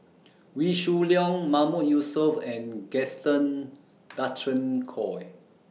Wee Shoo Leong Mahmood Yusof and Gaston Dutronquoy